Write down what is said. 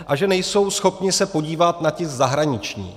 A že nejsou schopni se podívat na ta zahraniční.